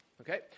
Okay